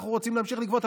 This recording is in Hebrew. אנחנו רוצים להמשיך לגבות.